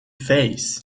face